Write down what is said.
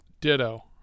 Ditto